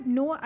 no